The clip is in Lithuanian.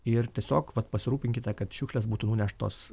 ir tiesiog vat pasirūpinkite kad šiukšlės būtų nuneštos